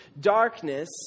darkness